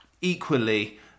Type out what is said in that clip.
equally